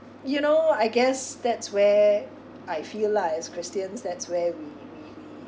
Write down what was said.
you know I guess that's where I feel lah as christians that's where we we we